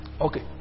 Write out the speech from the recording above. Okay